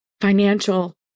financial